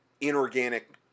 inorganic